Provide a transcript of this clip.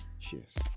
Cheers